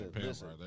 listen